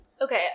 Okay